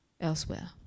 elsewhere